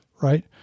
right